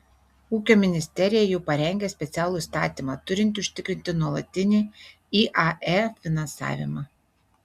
ūkio ministerija jau parengė specialų įstatymą turintį užtikrinti nuolatinį iae finansavimą